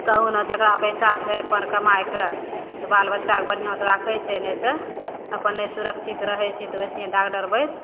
कहूँ नहि जकरा पइसा छै अपन कमैके तऽ बाल बच्चाके बढ़िआँसे राखै छै नहि तऽ अपन नहि सुरक्षित रहै छै तऽ वइसेहि डाकटर वैद